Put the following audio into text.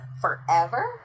forever